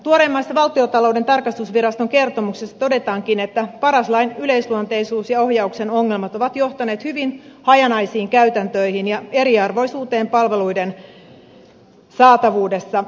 tuoreimmassa valtiontalouden tarkastusviraston kertomuksessa todetaankin että paras lain yleisluonteisuus ja ohjauksen ongelmat ovat johtaneet hyvin hajanaisiin käytäntöihin ja eriarvoisuuteen palveluiden saatavuudessa